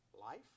Life